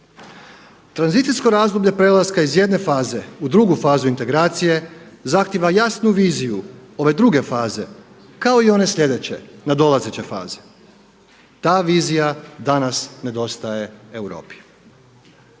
Tranzicijsko razdoblje prelaska iz jedne faze u drugu fazu integracije zahtijeva jasnu viziju ove druge faze kao i one sljedeće nadolazeće faze. Ta vizija danas nedostaje Europi.